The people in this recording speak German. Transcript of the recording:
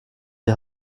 die